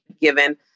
given